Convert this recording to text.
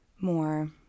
more